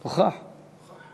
"נוכח", לא "נוחך".